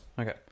okay